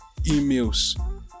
emails